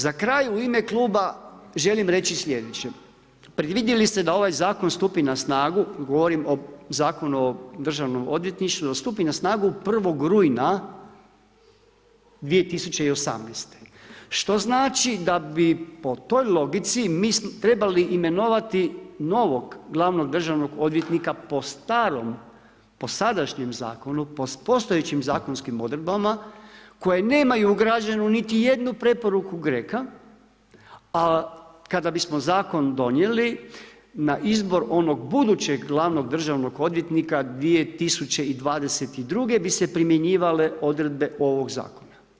Za kraj u ime Kluba želim reći slijedeće, predvidjeli ste da ovaj zakon stupi na snagu, govorim o Zakonu o Državnom odvjetništvu, da stupi na snagu 1. rujna 2018., što znači da bi po toj logici mi trebali imenovati novog glavnog državnog odvjetnika po starom, po sadašnjem zakonu, po postojećim zakonskim odredbama koje nemaju ugrađenu niti jednu preporuku GRECA, a kada bi smo zakon donijeli na izbor onog budućeg glavnog državnog odvjetnika 2022. bi se primjenjivale odredbe ovog zakona.